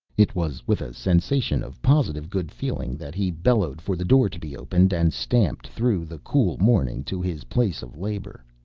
it was with a sensation of positive good feeling that he bellowed for the door to be opened and stamped through the cool morning to his place of labor.